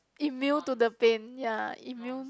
immune to the pain ya immune